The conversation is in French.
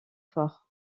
fort